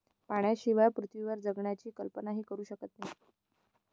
पाण्याशिवाय पृथ्वीवर जगण्याची कल्पनाही करू शकत नाही